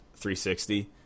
360